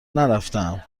نرفتهام